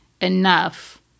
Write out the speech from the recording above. enough